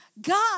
God